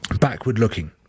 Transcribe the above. backward-looking